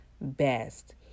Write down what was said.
best